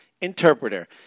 interpreter